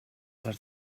les